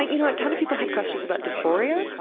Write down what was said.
you know a ton of people had questions about dysphoria.